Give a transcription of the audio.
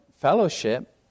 fellowship